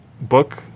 book